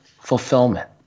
fulfillment